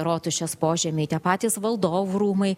rotušės požemiai tie patys valdovų rūmai